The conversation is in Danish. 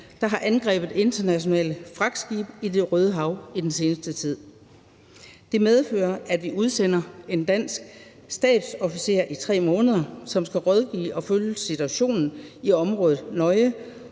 der har angrebet internationale fragtskibe i Det Røde Hav i den seneste tid. Det medfører, at vi udsender en dansk stabsofficer i 3 måneder, som skal rådgive og følge situationen i området nøje